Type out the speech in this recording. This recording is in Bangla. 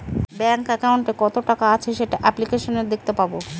ব্যাঙ্ক একাউন্টে কত টাকা আছে সেটা অ্যাপ্লিকেসনে দেখাতে পাবো